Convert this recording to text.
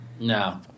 No